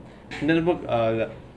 the book ah lah